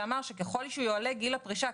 שקבעה שככל שיועלה גיל הפרישה,